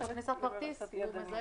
את מכניסה כרטיס, זה מזהה.